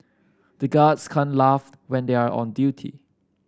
the guards can't laugh when they are on duty